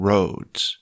Roads